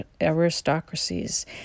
aristocracies